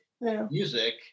music